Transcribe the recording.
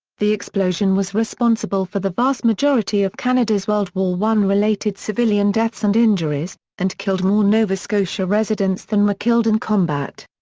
the explosion was responsible for the vast majority of canada's world war i-related civilian deaths and injuries, and killed more nova scotia residents than were killed in combat.